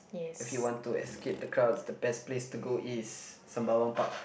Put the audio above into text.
if you want to escape the crowds the best place to go is Sembawang Park